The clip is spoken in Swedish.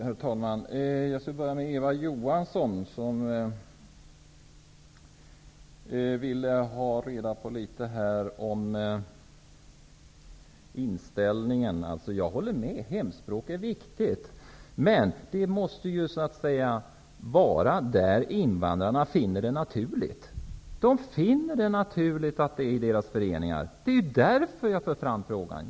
Herr talman! Jag skall börja med Eva Johansson, som ville ha reda på litet om inställningen. Jag håller med: Hemspråk är viktigt, men undervisningen måste bedrivas där invandrarna finner det naturligt. De finner det naturligt att det är i deras föreningar. Det är därför jag för fram den meningen.